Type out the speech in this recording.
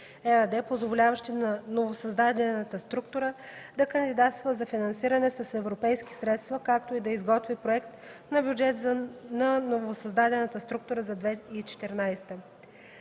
позволяващи на новосъздадената структура да кандидатства за финансиране с европейски средства, както и да изготви проект на бюджет на новосъздадената структура за 2014